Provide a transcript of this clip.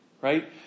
Right